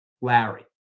Larry